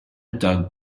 doug